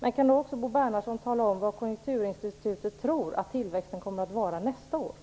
Men kan Bo Bernhardsson också tala om vad Konjunkturinstitutet tror att tillväxten kommer att vara nästa år?